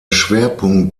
schwerpunkt